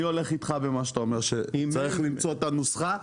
אני הולך איתך במה שאת אומר שצריך למצוא את הנוסחה,